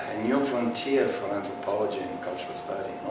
new frontier for anthropology and cultural study